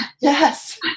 Yes